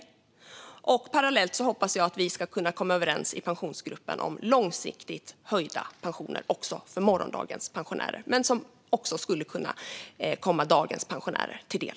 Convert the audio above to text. Jag hoppas att vi parallellt ska kunna komma överens i Pensionsgruppen om långsiktigt höjda pensioner också för morgondagens pensionärer. Men det skulle också kunna komma dagens pensionärer till del.